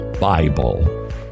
Bible